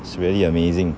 it's really amazing